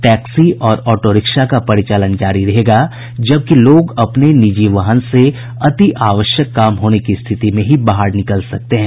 taxi और auto rickshaw का परिचालन जारी रहेगा जबकि लोग अपने निजी वाहन से अति आवश्यक काम होने की स्थिति में ही बाहर निकल सकते हैं